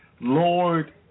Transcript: Lord